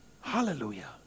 Hallelujah